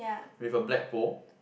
with a black bowl